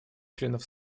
членов